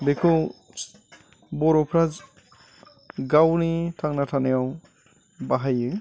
बेखौ बर'फ्रा गावनि थांना थानायाव बाहायो